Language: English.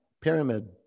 pyramid